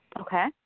Okay